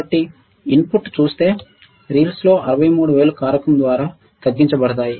కాబట్టి ఇన్పుట్ చూసే రిపుల్లు 63000 కారకం ద్వారా తగ్గించబడతాయి